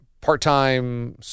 part-time